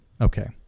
Okay